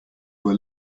were